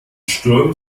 sturm